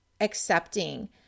accepting